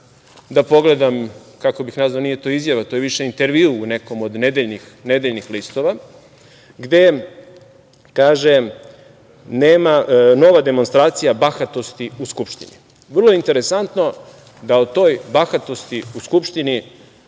da pogledam, kako bih nazvao, nije to izjava, to je više intervju u nekom od nedeljnih listova, gde kaže: „Nova demonstracija bahatosti u Skupštini“. Vrlo je interesantno da o toj bahatosti u Skupštini